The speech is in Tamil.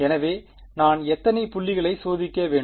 எனவே நான் எத்தனை புள்ளிகளை சோதிக்க வேண்டும்